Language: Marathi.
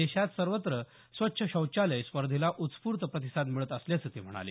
देशात सर्वत्र स्वच्छ शौचालय स्पर्धेला उत्स्फूर्त प्रतिसाद मिळत असल्याचं ते म्हणाले